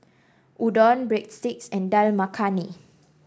Udon Breadsticks and Dal Makhani